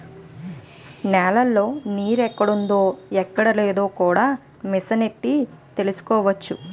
నేలలో నీరెక్కడుందో ఎక్కడలేదో కూడా మిసనెట్టి తెలుసుకోవచ్చు